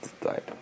died